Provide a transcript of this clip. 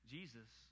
Jesus